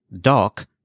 dock